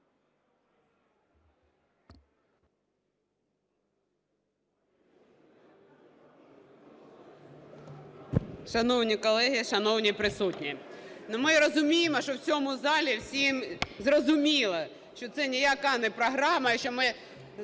Шановні колеги, шановні присутні! Ми розуміємо, що в цьому залі всім зрозуміло, що це ніяка не програма і що ми